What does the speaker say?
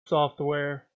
software